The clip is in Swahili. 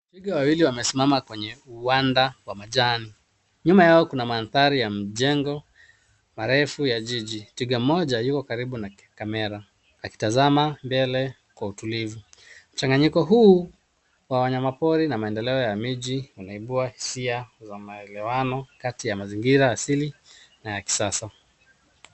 Twiga wawili wamesimama kwenye uwanja wa majani. Nyuma yao kuna mandhari ya mjengo marefu ya jiji. Twiga mmoja yuko karibu na kamera akitazama mbele kwa utulivu. Mchanganyiko huu wa wanyamapori na maendeleo ya miji unaibua hisia na maelewano kati ya mazingira ya asili na ya kisasa.